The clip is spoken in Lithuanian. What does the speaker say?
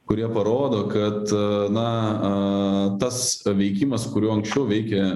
kurie parodo kad na tas veikimas kuriuo anksčiau veikė